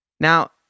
Now